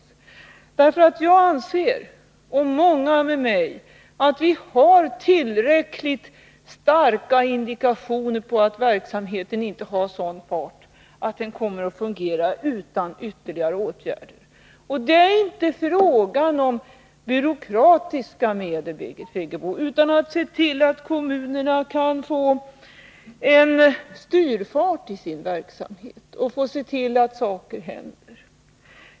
Jag och många med mig anser nämligen att vi har tillräckligt starka indikationer på att verksamheten inte har sådan fart att den kommer att fungera utan ytterligare åtgärder. Det är inte fråga om byråkratiska medel, Birgit Friggebo, utan om att se till att kommunerna kan få styrfart i sin verksamhet och se till att saker händer.